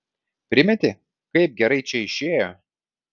primeti kaip gerai čia išėjo